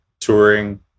touring